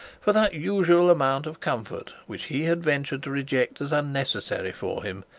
for that usual amount of comfort which he had ventured to reject as unnecessary for him,